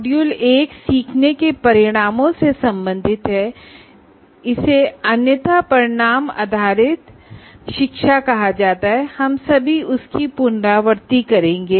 module 1 learning आउटकमसे संबंधित है और इसे outcome based education outcome based educationभी कहा जाता है हमअभी उसकी पुनरावृत्ति करेंगे